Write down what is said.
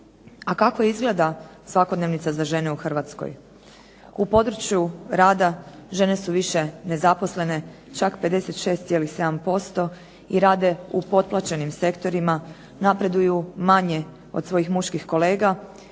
A kako izgleda svakodnevica za žene u Hrvatskoj? U području rada žene su više nezaposlene, čak 56,7% i rade u potplaćenim sektorima, napreduju manje od svojih muških kolega,